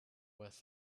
worth